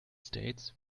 states